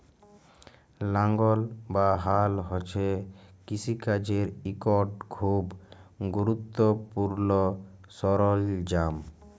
লাঙ্গল বা হাল হছে কিষিকাজের ইকট খুব গুরুত্তপুর্ল সরল্জাম